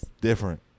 Different